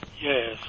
Yes